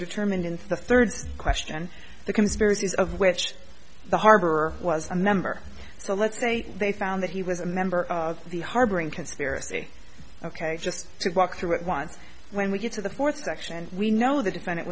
determined in the third question the conspiracies of which the harbor was a number so let's say they found that he was a member of the harboring conspiracy ok just to walk through it once when we get to the fourth section we know th